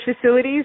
facilities